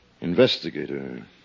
Investigator